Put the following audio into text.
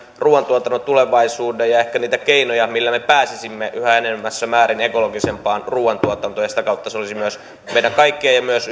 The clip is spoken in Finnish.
ruuantuotannon tulevaisuuden ja ehkä niitä keinoja millä me pääsisimme yhä enenevässä määrin ekologisempaan ruuantuotantoon sitä kautta se olisi meidän kaikkien ja myös